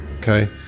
Okay